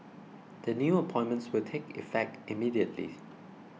the new appointments will take effect immediately